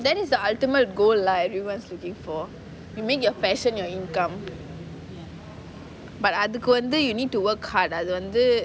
then the ultimate goal like everyone's looking for you make your passion your income but அதுக்கு வந்து:athuku vanthu you need to work hard அது வந்து:athu vanthu